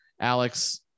Alex